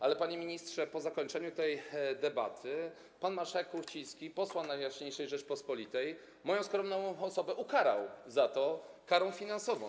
Ale, panie ministrze, po zakończeniu tej debaty pan marszałek Kuchciński posła Najjaśniejszej Rzeczypospolitej, moją skromną osobę, ukarał za to karą finansową.